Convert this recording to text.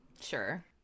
Sure